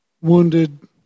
wounded